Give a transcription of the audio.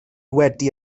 wedi